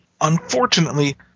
Unfortunately